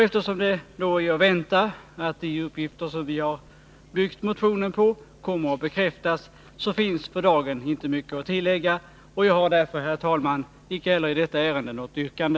Eftersom det då är att vänta att de uppgifter som vi har byggt motionen på kommer att bekräftas, så finns för dagen inte mycket att tillägga. Jag har därför, herr talman, icke heller i detta ärende något yrkande.